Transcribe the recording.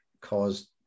caused